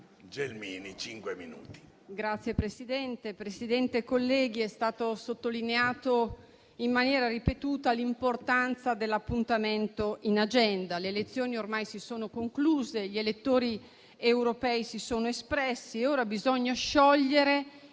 Signor Presidente, colleghi, è stata sottolineata in maniera ripetuta l'importanza dell'appuntamento in agenda. Le elezioni ormai si sono concluse, gli elettori europei si sono espressi, ora bisogna sciogliere